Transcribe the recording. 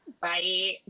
Bye